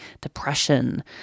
depression